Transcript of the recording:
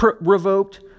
revoked